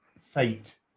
fate